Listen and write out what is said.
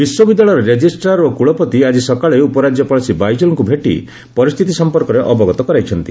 ବିଶ୍ୱବିଦ୍ୟାଳୟର ରେଜିଷ୍ଟ୍ରାର୍ ଓ କୁଳପତି ଆକି ସକାଳେ ଉପରାଜ୍ୟପାଳ ଶ୍ରୀ ବାଇଜଲ୍ଙ୍କୁ ଭେଟି ପରିସ୍ଥିତି ସମ୍ପର୍କରେ ଅବଗତ କରାଇଛନ୍ତି